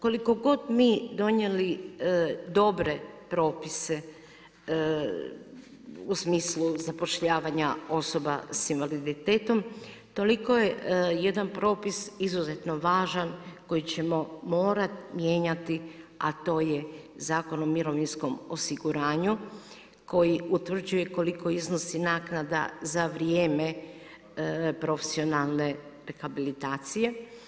Koliko god mi donijeli dobre propise u smislu zapošljavanja osobe s invaliditetom toliko je jedan propis izuzetno važan koji ćemo morati mijenjati, a to je Zakon o mirovinskom osiguranju koji utvrđuje koliko iznosi naknada za vrijeme profesionalne rehabilitacije.